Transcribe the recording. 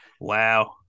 wow